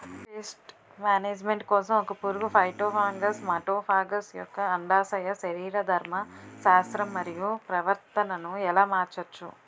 Paste management కోసం ఒక పురుగు ఫైటోఫాగస్హె మటోఫాగస్ యెక్క అండాశయ శరీరధర్మ శాస్త్రం మరియు ప్రవర్తనను ఎలా మార్చచ్చు?